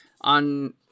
On